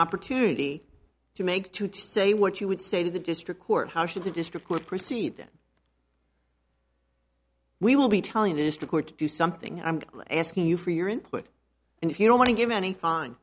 opportunity to make to say what you would say to the district court how should the district court proceed then we will be telling mr court to do something i'm asking you for your input and if you don't want to give any fine